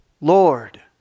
Lord